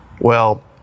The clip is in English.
Well